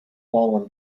fallen